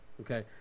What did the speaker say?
Okay